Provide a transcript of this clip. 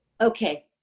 Okay